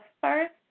first